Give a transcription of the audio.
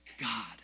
God